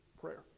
prayer